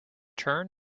turn